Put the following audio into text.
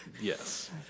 Yes